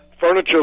Furniture